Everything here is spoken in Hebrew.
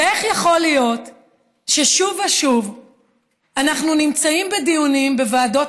איך יכול להיות ששוב ושוב אנחנו נמצאים בדיונים בוועדות